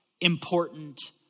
Important